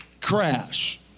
crash